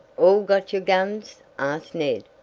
all got your guns? asked ned,